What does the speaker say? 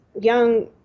young